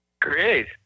great